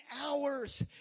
hours